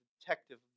detective